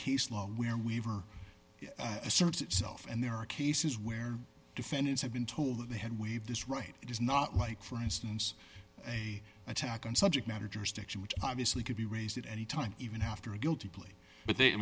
case law where weaver asserts itself and there are cases where defendants have been told that they had waive this right it is not like for instance a attack on subject matter jurisdiction which obviously could be raised at any time even after a guilty plea but they i